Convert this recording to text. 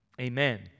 amen